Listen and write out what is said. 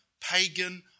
pagan